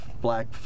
black